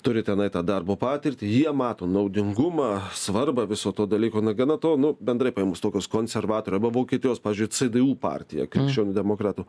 turi tenai tą darbo patirtį jie mato naudingumą svarbą viso to dalyko negana to nu bendrai paėmus tokios konservatorių arba vokietijos pavyzdžiui cdu partija krikščionių demokratų